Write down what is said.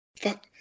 fuck